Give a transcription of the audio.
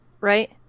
right